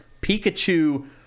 Pikachu